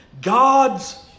God's